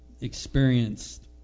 experienced